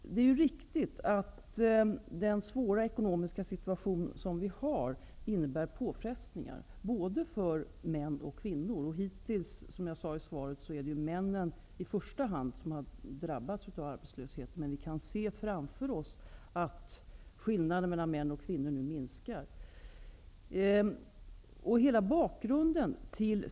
Det är riktigt att den svåra ekonomiska situation som vi har innebär påfrestningar för både män och kvinnor. Som jag sade i svaret är det hittills i första hand männen som har drabbats av arbetslöshet. Skillnaden mellan män och kvinnor kommer dock att minska framöver.